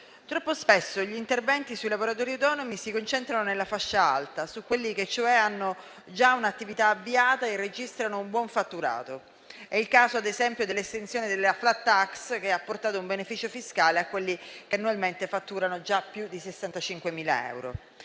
Troppo spesso gli interventi sui lavoratori autonomi si concentrano sulla fascia alta, su quelli cioè che hanno già un'attività avviata e registrano un buon fatturato. È il caso, ad esempio, dell'estensione della *flat tax*, che ha portato un beneficio fiscale a coloro che annualmente fatturano più di 65.000 euro,